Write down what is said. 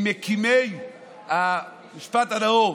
ממקימי המשפט הנאור.